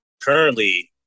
currently